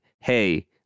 hey